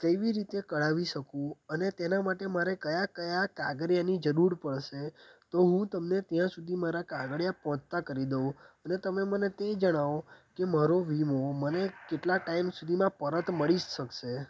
કેવી રીતે કઢાવી શકું અને તેના માટે મારે કયા કયા કાગળિયાની જરૂર પડશે તો હું તમને ત્યાં સુધી મારા કાગળિયા પહોંચતા કરી દઉં ને તમે મને તે જણાવો કે મારો વીમો મને કેટલા ટાઈમ સુધીમાં પરત મળી શકશે